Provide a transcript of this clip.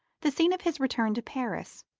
the scene of his return to paris